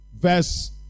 verse